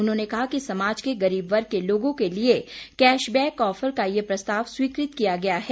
उन्होंने कहा कि समाज के गरीब वर्ग के लोगों के लिए कैश बैक ऑफर का यह प्रसताव स्वीकृत किया गया है